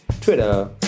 Twitter